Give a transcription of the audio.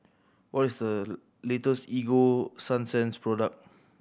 what is the latest Ego Sunsense product